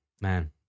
Man